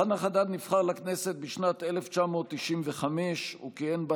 חנא חדד נבחר לכנסת בשנת 1995. הוא כיהן בה